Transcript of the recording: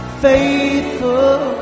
faithful